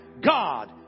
God